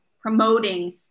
promoting